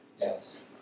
Yes